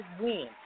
win